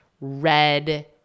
red